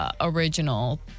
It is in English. Original